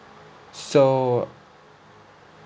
so